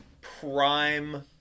prime